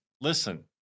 listen